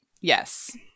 Yes